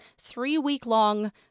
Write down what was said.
three-week-long